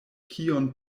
kion